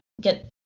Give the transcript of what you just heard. get